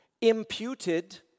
imputed